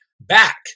back